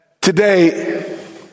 Today